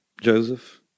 Joseph